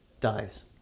dies